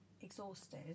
exhausted